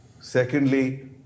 Secondly